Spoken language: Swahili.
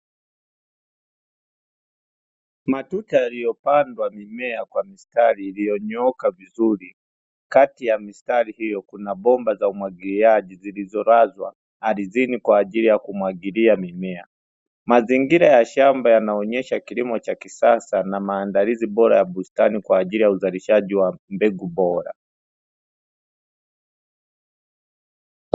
Matuta yaliyopandwa mimea kwa mistari iliyonyooka vizuri, kati ya mistari hiyo kuna bomba za umwagiliaji zilizolazwa ardhini kwa ajili ya kumwagilia mimea, mazingira ya shamba yanaonyesha kilimo cha kisasa na maandalizi bora ya bustani kwa ajili ya uzalishaji wa mbegu bora.